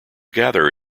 gather